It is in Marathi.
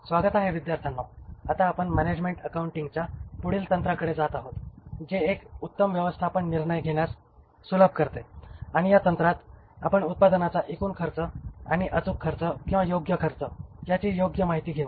स्वागत आहे विद्यार्थ्यांनो आता आपण मॅनॅजमेन्ट अकाउंटिंगच्या पुढील तंत्राकडे जात आहोत जे एक उत्तम व्यवस्थापन निर्णय घेण्यास सुलभ करते आणि या तंत्रात आपण उत्पादनाचा एकूण खर्च आणि अचूक खर्च किंवा योग्य खर्च ह्यांची योग्य माहिती घेऊ